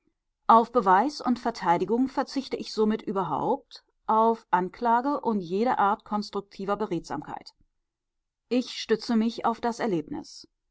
auf beweis und verteidigung verzichte ich somit überhaupt auf anklage und jede art konstruktiver beredsamkeit ich stütze mich auf das erlebnis